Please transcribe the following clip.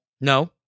No